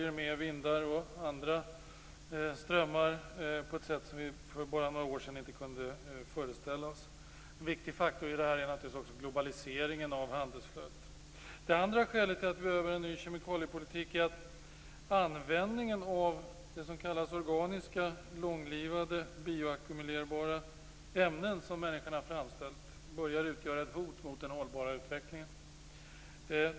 De följer med vindar och andra strömmar på ett sätt som vi för bara några år sedan inte kunde föreställa oss. En viktig faktor i det sammanhanget är naturligtvis också globaliseringen av handelsflödet. Det andra skälet till att vi behöver en ny kemikaliepolitik är att användningen av det som kallas organiska långlivade bioackumulerbara ämnen som människan har framställt börjar utgöra ett hot mot den hållbara utvecklingen.